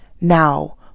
now